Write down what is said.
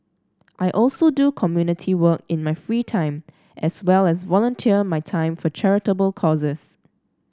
I also do community work in my free time as well as volunteer my time for charitable causes